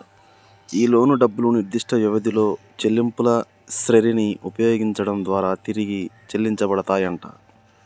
ఈ లోను డబ్బులు నిర్దిష్ట వ్యవధిలో చెల్లింపుల శ్రెరిని ఉపయోగించడం దారా తిరిగి చెల్లించబడతాయంట